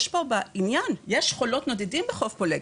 יש פה עניין, יש חולות נודדים בחוף פולג.